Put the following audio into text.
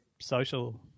social